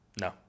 No